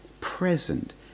present